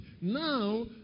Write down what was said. Now